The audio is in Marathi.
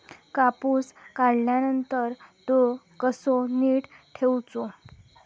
कापूस काढल्यानंतर तो कसो नीट ठेवूचो?